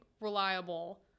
reliable